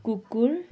कुकुर